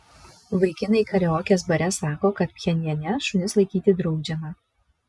vaikinai karaokės bare sako kad pchenjane šunis laikyti draudžiama